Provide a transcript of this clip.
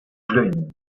glin